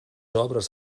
obres